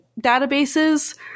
databases